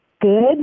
good